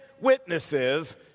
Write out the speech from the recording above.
witnesses